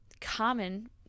common